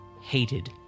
hated